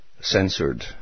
censored